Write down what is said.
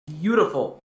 beautiful